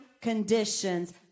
conditions